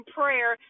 prayer